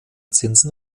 zinsen